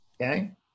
okay